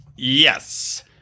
Yes